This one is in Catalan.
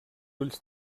ulls